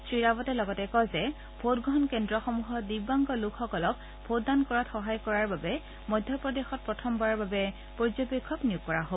শ্ৰী ৰাৱটে লগতে কয় যে ভোটগ্ৰহণ কেন্দ্ৰসমূহত দিবাংগ লোকসকলক ভোটদান কৰাত সহায় কৰাৰ বাবে মধ্যপ্ৰদেশত প্ৰথমবাৰৰ বাবে পৰ্যবেক্ষক নিয়োগ কৰা হব